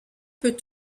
peut